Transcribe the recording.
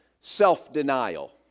self-denial